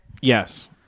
Yes